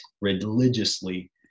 religiously